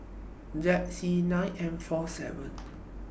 Z C nine M four seven